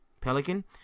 Pelican